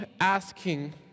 asking